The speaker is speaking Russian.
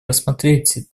рассмотреть